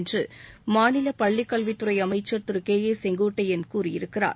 என்று மாநில பள்ளிக்கல்வித்துறை அமைச்சர் திரு கே ஏ செங்கோட்டையன் கூறியிருக்கிறார்